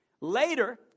Later